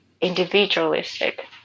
individualistic